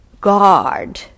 guard